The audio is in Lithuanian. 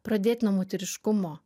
pradėt nuo moteriškumo